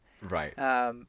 right